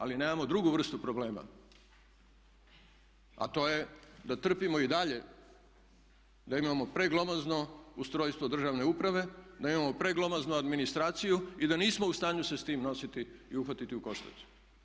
Ali nemamo drugu vrstu problema, a to je da trpimo i dalje da imamo preglomazno ustrojstvo državne uprave, da imamo preglomaznu administraciju i da nismo u stanju se s tim nositi i uhvatiti u koštac.